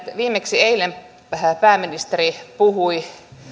viimeksi eilen pääministeri puhui